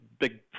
big